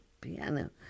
piano